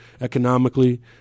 economically